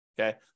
okay